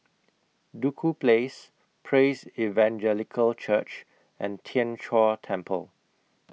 Duku Place Praise Evangelical Church and Tien Chor Temple